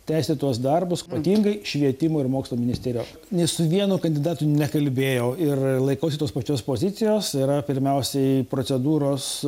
tęsti tuos darbus ypatingai švietimo ir mokslo ministerijoj ne su vienu kandidatu nekalbėjau ir laikausi tos pačios pozicijos yra pirmiausiai procedūros